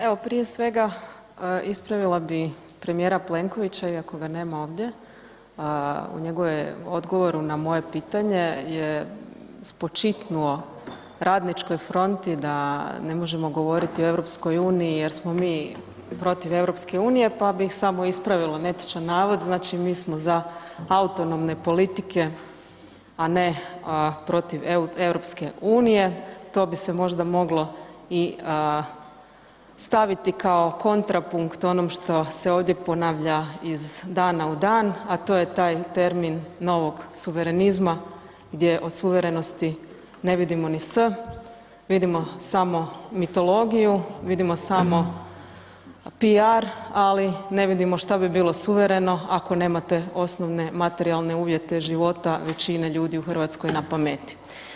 Evo prije svega ispravila bi premijera Plenkovića iako ga nema ovdje, u njegovom odgovoru na moje pitanje je spočitnuo Radničkoj fronti da ne možemo govoriti o EU jer smo mi protiv EU, pa bih samo ispravila netočan navod, znači mi smo za autonomne politike, a ne protiv EU, to bi se možda moglo i staviti kao kontra punkt onom što se ovdje ponavlja iz dana u dan, a to je taj termin novog suverenizma gdje od suverenosti ne vidimo ni S, vidimo samo mitologiju, vidimo samo piar, ali ne vidimo što bi bilo suvereno ako nemate osnovne materijalne uvjete života većine ljudi u RH na pameti.